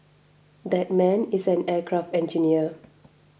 that man is an aircraft engineer